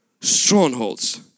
strongholds